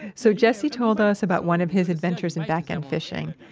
so jessie told us about one of his adventures and backend fishing,